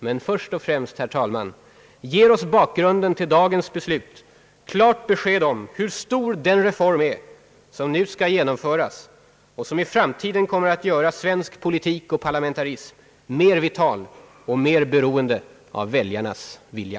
Men först och främst ger oss bakgrunden till dagens beslut klart besked om hur stor den reform är som nu skall genomföras och som i framtiden kommer att göra svensk politik och parlamentarism mer vital och mer beroende av väljarnas vilja.